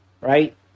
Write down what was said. right